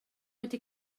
wedi